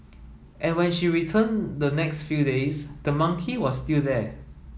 and when she returned the next few days the monkey was still there